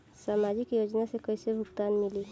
सामाजिक योजना से कइसे भुगतान मिली?